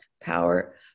power